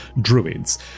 druids